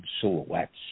silhouettes